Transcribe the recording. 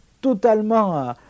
totalement